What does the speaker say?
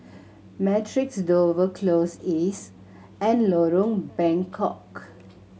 Matrix Dover Close East and Lorong Bengkok